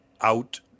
out